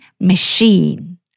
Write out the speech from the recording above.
machine